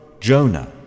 Jonah